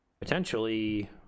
potentially